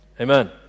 Amen